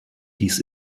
dies